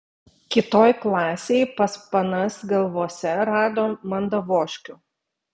kitoj klasėj pas panas galvose rado mandavoškių